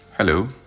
Hello